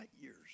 years